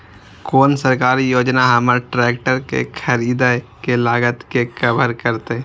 कोन सरकारी योजना हमर ट्रेकटर के खरीदय के लागत के कवर करतय?